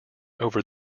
over